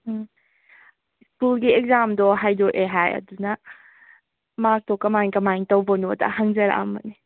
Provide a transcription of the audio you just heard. ꯎꯝ ꯁ꯭ꯀꯨꯜꯒꯤ ꯑꯦꯛꯖꯥꯝꯗꯣ ꯍꯥꯏꯗꯣꯛꯑꯦ ꯍꯥꯏ ꯑꯗꯨꯅ ꯃꯥꯔꯛꯇꯣ ꯀꯃꯥꯏ ꯀꯃꯥꯏꯅ ꯇꯧꯕꯅꯣꯗꯣ ꯍꯪꯖꯔꯛꯑꯝꯕꯅꯦ